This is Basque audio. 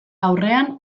aurrean